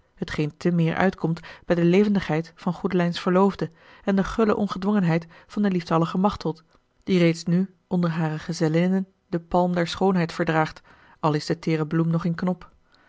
hetgeen te meer uitkomt bij de levendigheid van goedelijns verloofde en de gulle ongedwongenheid van de lieftallige machteld die reeds nù onder hare gezellinnen den palm der schoonheid wegdraagt al is de teêre bloem nog in knop